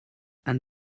and